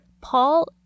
Paul